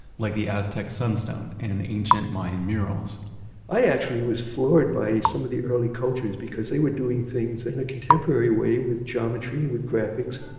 like the aztec sunstone, and ancient mayan murals i actually was floored by some of the early cultures, because they were doing things in a contemporary way with geometry, with graphics